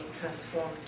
transformed